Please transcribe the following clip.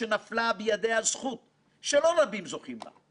במגוון התפקידים שמילאה בייעוץ המשפטי של הכנסת,